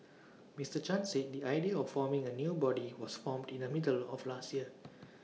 Mister chan said the idea of forming A new body was formed in the middle of last year